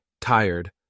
tired